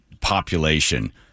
population